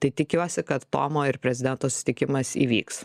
tai tikiuosi kad tomo ir prezidento susitikimas įvyks